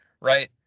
right